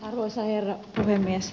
arvoisa herra puhemies